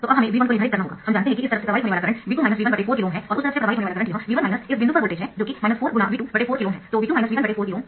तो अब हमें V1 को निर्धारित करना होगा हम जानते है कि इस तरफ से प्रवाहित होने वाला करंट V2 V1 4KΩ है और उस तरफ से प्रवाहित होने वाला करंट यह V1 इस बिंदु पर वोल्टेज है जो कि 4×V2 4KΩ है